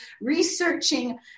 researching